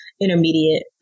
intermediate